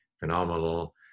phenomenal